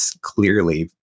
clearly